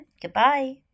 goodbye